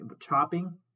chopping